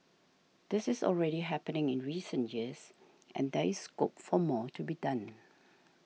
this is already happening in recent years and there is scope for more to be done